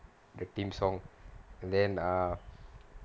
the theme song and then uh